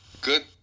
good